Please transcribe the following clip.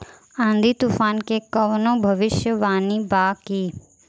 आँधी तूफान के कवनों भविष्य वानी बा की?